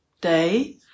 day